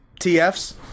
TFs